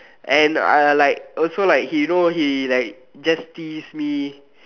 and I like also like he know he like just tease me